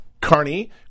Carney